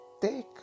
take